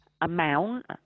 amount